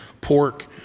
pork